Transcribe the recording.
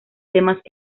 temas